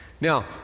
Now